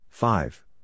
Five